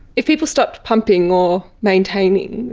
if people stopped pumping or maintaining,